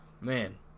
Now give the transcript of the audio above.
Man